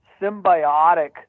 symbiotic